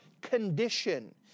condition